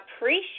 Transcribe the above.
appreciate